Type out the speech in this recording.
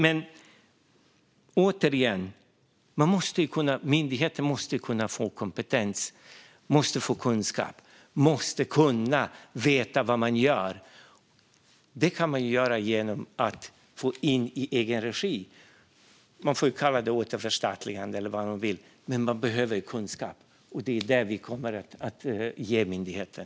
Men återigen: Myndigheter måste kunna få kompetens och kunskap. De måste kunna veta vad de gör. Det kan de göra genom att få in det i egen regi. Man får kalla det återförstatligande eller vad man vill, men de behöver kunskap - och det är det vi kommer att ge myndigheten.